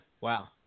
Wow